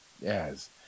yes